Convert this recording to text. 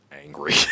angry